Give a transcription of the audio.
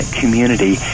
community